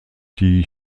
die